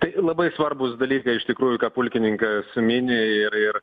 tai labai svarbūs dalykai iš tikrųjų ką pulkininkas mini ir ir